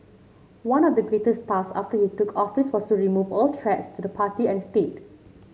one of the greatest task after he took office was to remove all threats to the party and state